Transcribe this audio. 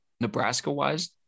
Nebraska-wise